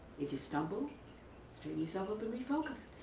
if you stumble straighten yourself up and refocus.